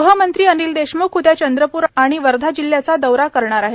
गृहमंत्री अनिल देशमुख उद्या चंद्रपूर आणि वर्धा जिल्ह्याचा दौरा करणार आहेत